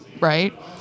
right